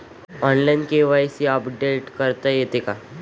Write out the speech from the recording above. Online KYC update करता येते का?